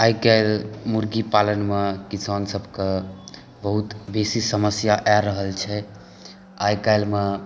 आइ काल्हि मुरगी पालनमे किसान सबके बहुत बेसी समस्या आबि रहल छै आइ काल्हिमे